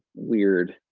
weird